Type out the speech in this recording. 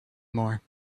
more